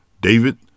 David